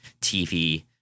TV